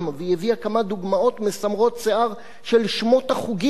והיא הביאה כמה דוגמאות מסמרות שיער של שמות החוגים.